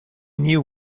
knew